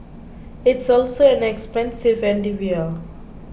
it's also an expensive endeavour